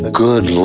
good